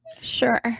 Sure